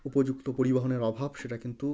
উপযুক্ত পরিবহনের অভাব সেটা কিন্তু